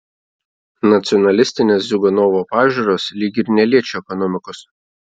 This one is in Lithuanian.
nacionalistinės ziuganovo pažiūros lyg ir neliečia ekonomikos